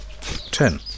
ten